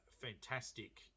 Fantastic